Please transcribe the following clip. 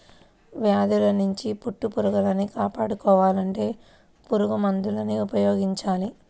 వ్యాధుల్నించి పట్టుపురుగుల్ని కాపాడుకోవాలంటే పురుగుమందుల్ని ఉపయోగించాల